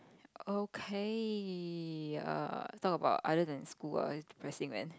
okay err talk about other than school ah this is depressing man